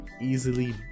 easily